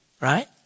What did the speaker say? Right